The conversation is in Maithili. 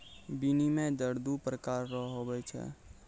विनिमय दर दू प्रकार रो हुवै छै